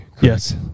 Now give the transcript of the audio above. Yes